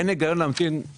אין הגיון וצורך.